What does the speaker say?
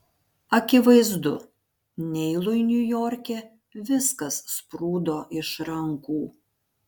akivaizdu neilui niujorke viskas sprūdo iš rankų